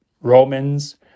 Romans